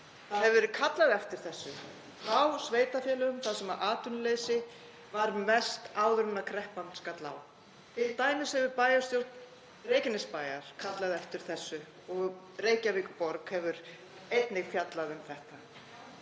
Það hefur verið kallað eftir þessu frá sveitarfélögum þar sem atvinnuleysi var mest áður en kreppan skall á, t.d. hefur bæjarstjórn Reykjanesbæjar kallað eftir þessu og Reykjavíkurborg hefur einnig fjallað um þetta.